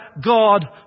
God